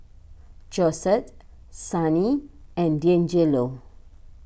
Josette Sonny and Deangelo